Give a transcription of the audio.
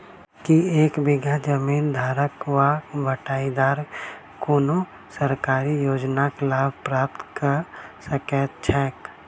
की एक बीघा जमीन धारक वा बटाईदार कोनों सरकारी योजनाक लाभ प्राप्त कऽ सकैत छैक?